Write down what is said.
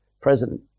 President